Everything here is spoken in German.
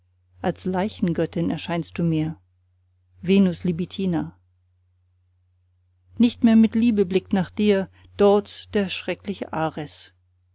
als leichengöttin erscheinst du mir venus libitina nicht mehr mit liebe blickt nach dir dort der schreckliche ares